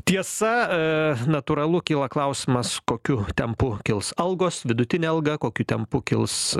tiesa natūralu kyla klausimas kokiu tempu kils algos vidutinė alga kokiu tempu kils